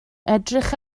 edrych